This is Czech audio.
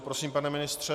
Prosím, pane ministře.